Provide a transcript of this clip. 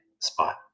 spot